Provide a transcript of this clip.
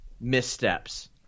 missteps